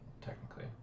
technically